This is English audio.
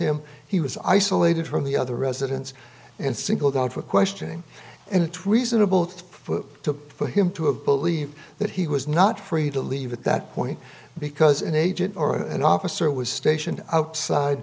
him he was isolated from the other residents and singled out for questioning and reasonable to put him to a believe that he was not free to leave at that point because an agent or an officer was stationed outside